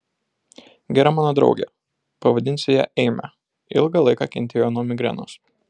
gera mano draugė pavadinsiu ją eime ilgą laiką kentėjo nuo migrenos